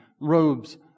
robes